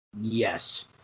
Yes